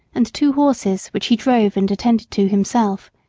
and two horses, which he drove and attended to himself.